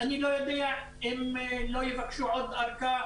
אני לא יודע אם לא יבקשו עוד ארכה,